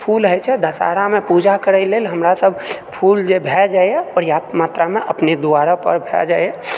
फूल होय छै दशहरामऽ पूजा करय लेल हमरासभ फूल जे भै जाइए पर्याप्त मात्रामे अपने दुआरि पर भै जाइए